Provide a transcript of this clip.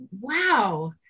wow